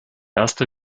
erste